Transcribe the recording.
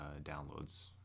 downloads